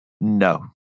No